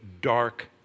dark